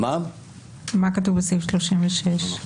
מה כתוב בסעיף 36?